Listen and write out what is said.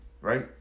right